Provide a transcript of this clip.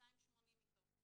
280 מיטות.